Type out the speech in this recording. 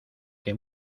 que